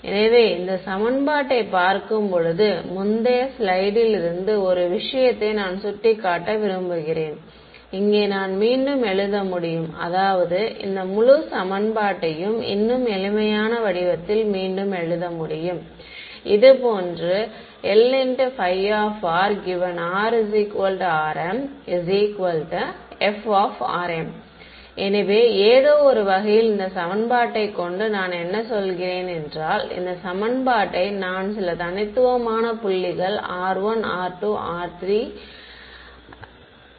எனவே இந்த சமன்பாட்டைப் பார்க்கும்போது முந்தைய ஸ்லைடில் இருந்து ஒரு விஷயத்தை நான் சுட்டிக்காட்ட விரும்புகிறேன் இங்கே நான் மீண்டும் எழுத முடியும் அதாவது இந்த முழு சமன்பாட்டையும் இன்னும் எளிமையான வடிவத்தில் மீண்டும் எழுத முடியும் இது போன்று Lφ|rrm f எனவே ஏதோ ஒரு வகையில் இந்த சமன்பாட்டைக் கொண்டு நான் என்ன சொல்கிறேன் என்றால் இந்த சமன்பாட்டை நான் சில தனித்துவமான புள்ளிகள் r 1 r 2 r 3